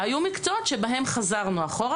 והיו מקצועות שבהם חזרנו אחורה,